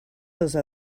those